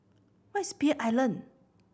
where is Pearl Island